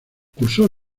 cursó